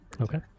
Okay